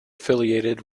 affiliated